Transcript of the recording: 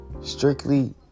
strictly